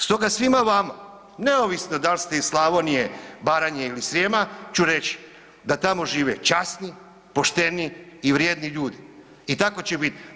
Stoga svima vam neovisno da li ste iz Slavonije, Baranje ili Srijema ću reći da tamo žive časni, pošteni i vrijedni ljudi i tako će i biti.